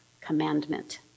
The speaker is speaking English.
commandment